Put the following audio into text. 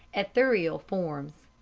ethereal forms.